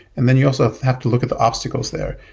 and then you also have to look at the obstacles there.